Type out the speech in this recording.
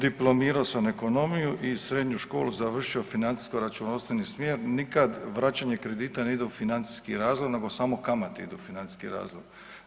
Diplomirao sam ekonomiju i srednju školu završio financijsko računovodstveni smjer nikad vraćanje kredita ne ide u financijski razlom nego samo kamate idu u financijski razlom.